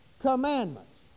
commandments